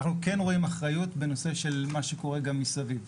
ואנחנו כן רואים אחריות במה שקורה מסביב.